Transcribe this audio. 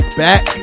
back